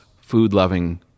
food-loving